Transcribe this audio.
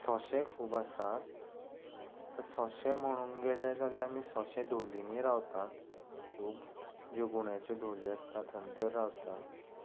सोंशे खूब आसात आतां सोंशे म्हणून गेले जाल्यार आमी सोंशे धोलींनी रावतात खूब ज्यो गुण्याच्यो धोली आसता थंयसर रावता